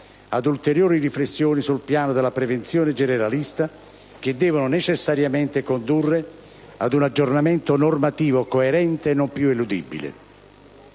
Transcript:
ad ulteriori riflessioni sul piano della prevenzione generale, che devono necessariamente condurre ad un aggiornamento normativo coerente, non più eludibile.